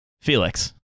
Felix